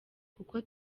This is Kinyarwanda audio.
kuko